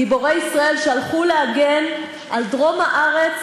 גיבורי ישראל שהלכו להגן על דרום הארץ,